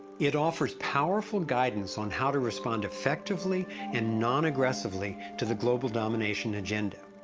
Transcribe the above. it offers powerful guidance on how to respond effectively and non-aggressively to the global domination agenda.